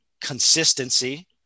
consistency